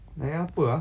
naik apa ah